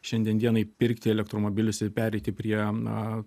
šiandien dienai pirkti elektromobilius ir pereiti prie na